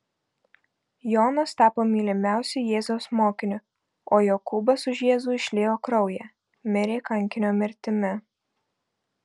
jonas tapo mylimiausiu jėzaus mokiniu o jokūbas už jėzų išliejo kraują mirė kankinio mirtimi